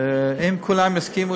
ואם כולם יסכימו,